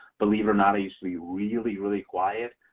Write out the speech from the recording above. believe or not i used to be really really quiet,